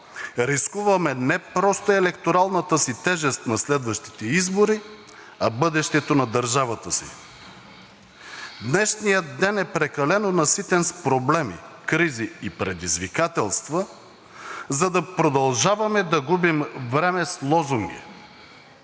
рискуваме не просто електоралната си тежест на следващите избори, а бъдещето на държавата си. Днешният ден е прекалено наситен с проблеми, кризи и предизвикателства, за да продължаваме да губим време с лозунги.